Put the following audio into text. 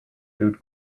food